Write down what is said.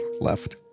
left